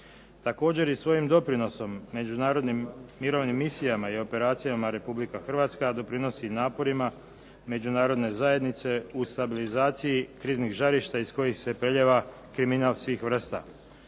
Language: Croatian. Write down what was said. Također je svojim doprinosom međunarodnim mirovnim misijama i organizacijama Republika Hrvatska doprinosi naporima Međunarodne zajednice u stabilizaciji kriznih žarišta iz kojih se preljeva kriminal svih vrsta.